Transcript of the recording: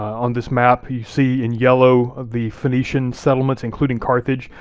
on this map you see in yellow, the phoenician settlements including carthage.